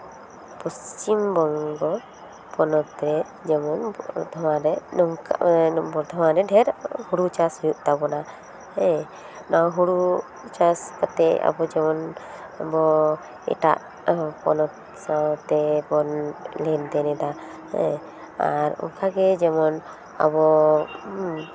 ᱯᱚᱥᱪᱤᱢ ᱵᱚᱝᱜᱚ ᱯᱚᱱᱚᱛ ᱨᱮ ᱡᱮᱢᱚᱱ ᱵᱚᱨᱫᱷᱚᱢᱟᱱ ᱨᱮ ᱰᱷᱮᱨ ᱦᱩᱲᱩ ᱪᱟᱥ ᱦᱩᱭᱩᱜ ᱛᱟᱵᱳᱱᱟ ᱦᱮᱸ ᱵᱟᱝ ᱦᱩᱲᱩ ᱪᱟᱥ ᱠᱟᱛᱮᱫ ᱟᱵᱚ ᱡᱮᱢᱚᱱ ᱟᱵᱚ ᱮᱴᱟᱜ ᱯᱚᱱᱚᱛ ᱥᱟᱶ ᱛᱮᱵᱚᱱ ᱞᱮᱱᱫᱮᱱ ᱮᱫᱟ ᱦᱮᱸ ᱟᱨ ᱚᱱᱠᱟ ᱜᱮ ᱡᱮᱢᱚᱱ ᱟᱵᱚ